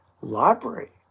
library